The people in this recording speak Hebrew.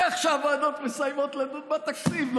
איך שהוועדות מסיימות לדון בתקציב,